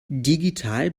digital